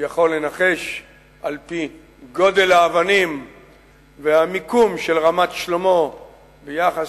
על-פי גודל האבנים והמיקום של רמת-שלמה ביחס